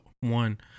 One